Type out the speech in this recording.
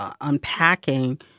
unpacking